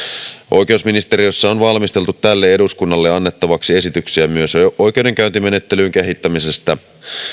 oikeusministeriössä on valmisteltu tälle eduskunnalle annettavaksi esityksiä myös oikeudenkäyntimenettelyn kehittämisestä